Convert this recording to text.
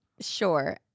Sure